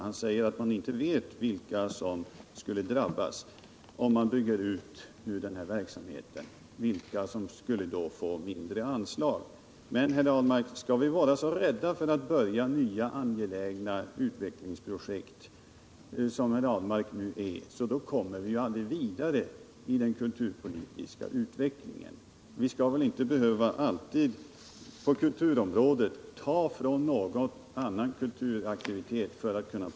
Han säger att man inte vet vilka som skulle komma att drabbas och få mindre anslag om vi nu bygger ut den här verksamheten. Men skall vi vara så rädda för att börja nya angelägna utvecklingsprojekt som herr Ahlmark nu är. då kommer vi aldrig vidare i den kulturpolitiska utvecklingen. Vi skall väl Nr 92 inte inom kulturområdet alltid behöva ta från ett område för att kunna Torsdagen den påbörja något nytt inom ett annat.